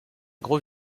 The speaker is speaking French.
gros